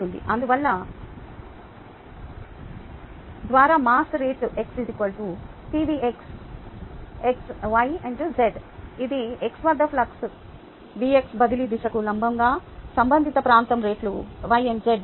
అందువల్ల ద్వారా mass rate ∆y ∆z ఇది x వద్ద ఫ్లక్స్ బదిలీ దిశకు లంబంగా సంబంధిత ప్రాంతం రెట్లు ∆y ∆z